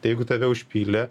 jeigu tave užpylė